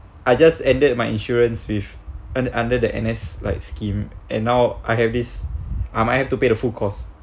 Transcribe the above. I just ended my insurance with un~ under the N_S like scheme and now I have this I might have to pay the full cost